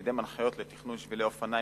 קידם הנחיות לתכנון שבילי אופניים